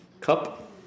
Cup